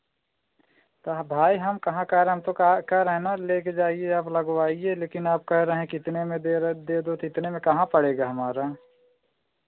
तो हाँ भाई हम कहाँ कह रहें हम तो कहा कह रए हैं ना लेके जाइए आप लगवाइए लेकिन आप कह रहे हैं कि इतने में दे रहे दे दो तो इतने में कहाँ पड़ेगा हमारा